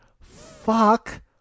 fuck